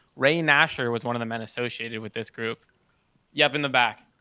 ray nasser was one of the men associated with this group you have in the back?